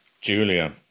Julia